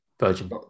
Virgin